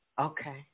Okay